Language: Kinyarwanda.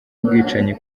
n’ubwicanyi